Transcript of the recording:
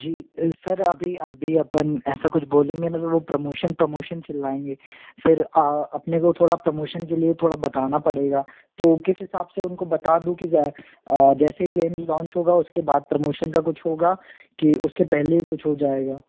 जी sir अभी अभी अपन ऐसा कुछ बोलेंगे ना तो वो प्रमोशन प्रमोशन चिल्लाएंगे फिर अपने को थोड़ा प्रमोशन के लिए थोड़ा बताना पड़ेगा तो किस हिसाब से उनको बता दूँ कि जैसे ही गेम लॉन्च होगा उसके बाद प्रमोशन का कुछ होगा कि उसके पहले ही कुछ हो जाएगा